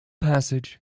passage